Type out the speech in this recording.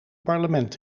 parlement